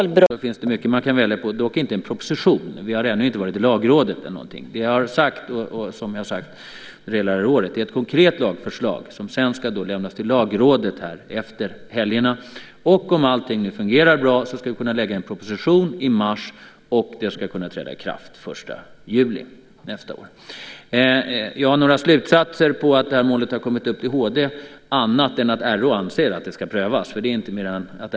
Herr talman! Det finns mycket man kan välja som läsning i helgerna, dock inte en proposition. Vi har ännu inte lämnat något till Lagrådet. Det är ett konkret lagförslag som ska lämnas till Lagrådet efter helgerna. Om allting fungerar bra ska vi kunna lägga fram en proposition i mars, och det ska kunna träda i kraft den 1 juli nästa år. Några slutsatser av att det här målet har kommit upp till HD annat än att RÅ anser att det ska prövas avstår jag ifrån.